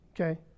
Okay